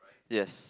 yes